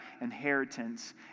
inheritance